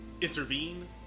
intervene